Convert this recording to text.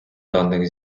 даних